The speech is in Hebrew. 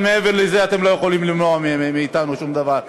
אבל מעבר לזה אתם לא יכולים למנוע מאתנו שום דבר.